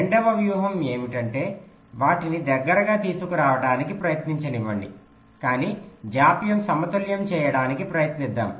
రెండవ వ్యూహం ఏమిటంటే వాటిని దగ్గరగా తీసుకురావడానికి ప్రయత్నించనివ్వండి కానీ జాప్యం సమతుల్యం చేయడానికి ప్రయత్నిద్దాం